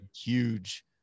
huge